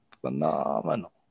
phenomenal